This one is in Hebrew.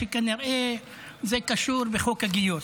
שכנראה זה קשור בחוק הגיוס,